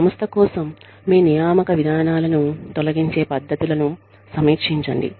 సంస్థ కోసం మీ నియామక విధానాలను తొలగించే పద్ధతులను సమీక్షించండి